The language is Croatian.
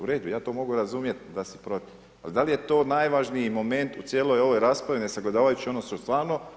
U redu, ja to mogu razumjeti da si protiv, ali da li je to najvažniji moment u cijeloj ovoj raspravi, ne sagledavajući ono što je stvarno.